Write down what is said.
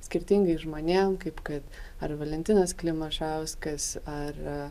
skirtingais žmonėm kaip kad ar valentinas klimašauskas ar